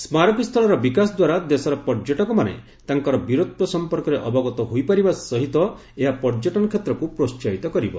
ସ୍କାରକୀ ସ୍ଥଳର ବିକାଶଦ୍ୱାରା ଦେଶର ପର୍ଯ୍ୟଟକମାନେ ତାଙ୍କର ବୀରତ୍ୱ ସମ୍ପର୍କରେ ଅବଗତ ହୋଇପାରିବା ସହିତ ଏହା ପର୍ଯ୍ୟଟନ କ୍ଷେତ୍ରକୁ ପ୍ରୋସାହିତ କରିବ